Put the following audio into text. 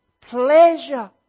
pleasure